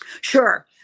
sure